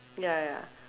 ya ya